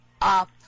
up